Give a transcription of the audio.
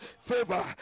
favor